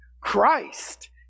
Christ